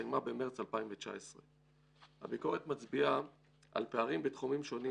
והסתיימה במרץ 2019. הביקורת מצביעה על פערים בתחומים שונים